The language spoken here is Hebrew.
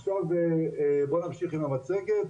עכשיו, בוא נמשיך עם המצגת.